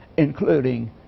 including